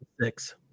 six